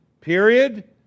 Period